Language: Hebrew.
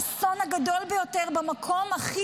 הילדים הללו חוו את האסון הגדול ביותר במקום הכי